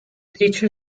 teacher